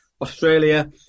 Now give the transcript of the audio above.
Australia